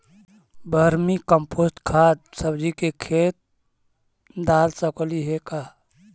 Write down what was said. Vermi compost खाद सब्जी के खेत दाल सकली हे का?